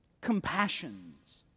compassions